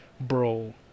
Bro